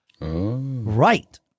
Right